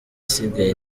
isigaye